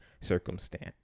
circumstance